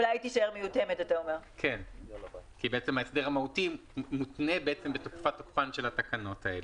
היא אולי תישאר מיותמת כי ההסדר המהותי מותנה בתקופת תוקפן של התקנות.